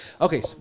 Okay